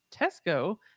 Tesco